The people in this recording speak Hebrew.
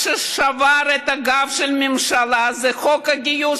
מה ששבר את הגב של הממשלה זה חוק הגיוס,